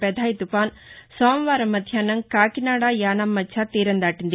Phethai తుపాన్ సోమవారం మధ్బాహ్నం కాకినాడ యానాం మధ్య తీరం దాలింది